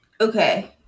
Okay